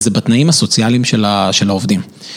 זה בתנאים הסוציאליים של העובדים.